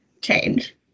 change